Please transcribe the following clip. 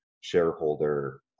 shareholder